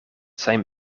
zijn